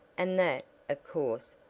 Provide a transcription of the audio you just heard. and that, of course,